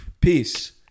Peace